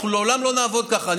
אנחנו לעולם לא נעבוד ככה.